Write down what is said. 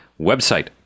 Website